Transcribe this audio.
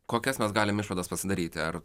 kokias mes galime išvadas pasidaryti ar